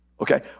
Okay